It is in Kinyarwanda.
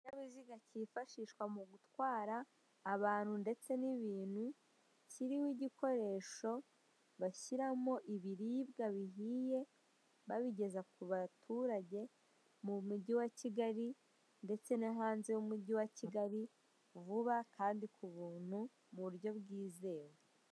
Ikinyabiziga kifashishwa mu gutwara abantu ndetse n'ibintu, kiriho igikoresho bashyiramo ibiribwa bihiye. Babigeza ku baturage mu mugi wa Kigali ndetse no hanze y'umugi wa Kigali. Vuba kandi ku buntu, mu buryo bwizewe.